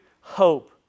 hope